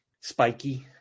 Spiky